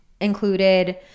included